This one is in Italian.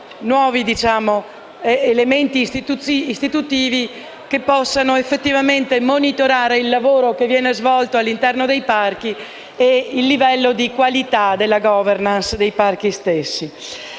nuovi elementi istitutivi che possano effettivamente monitorare il lavoro che viene svolto all’interno dei parchi e il livello di qualità della gover_nance dei parchi stessi._